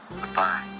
Goodbye